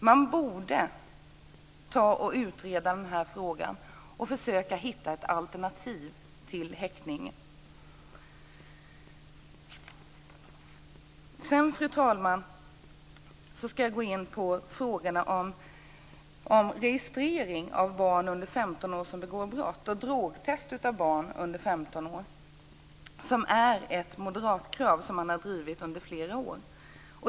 Man borde utreda den här frågan och försöka hitta ett alternativ till häktningen. Sedan, fru talman, ska jag gå in på frågorna om registrering av barn under 15 år som begår brott och drogtest av barn under 15 år. Det är ett moderatkrav som man har drivit i flera år.